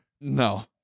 No